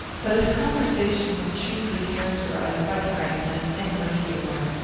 but his conversation was chiefly characterized by frankness and good-humour.